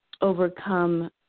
overcome